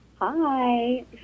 Hi